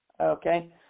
okay